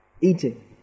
eating